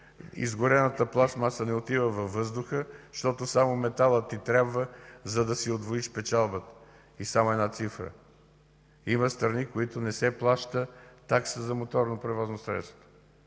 изгорената пластмаса не отива във въздуха, защото само металът ти трябва, за да си удвоиш печалбата. Само една цифра. Има страни, в които не се плаща такса за моторно превозно средство.